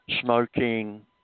smoking